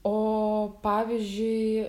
o pavyzdžiui